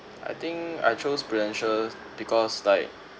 I think I chose prudential because like